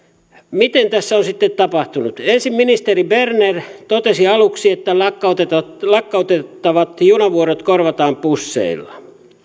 miten tässä on sitten tapahtunut ensin ministeri berner totesi aluksi että lakkautettavat lakkautettavat junavuorot korvataan busseilla